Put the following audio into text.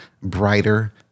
brighter